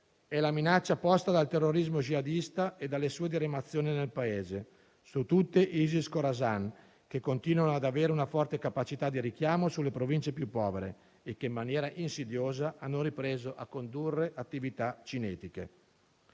è la minaccia posta dal terrorismo jihadista e dalle sue diramazioni nel Paese, su tutte Isis-Khorasan, che continua ad avere una forte capacità di richiamo sulle province più povere che in maniera insidiosa hanno ripreso a condurre attività cinetiche.